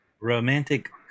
romantic